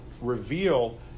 reveal